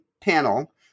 panel